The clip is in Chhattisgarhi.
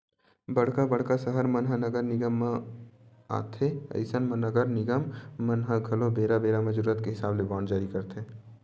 बड़का बड़का सहर मन ह नगर निगम मन म आथे अइसन म नगर निगम मन ह घलो बेरा बेरा म जरुरत के हिसाब ले बांड जारी करथे